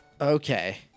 Okay